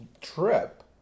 trip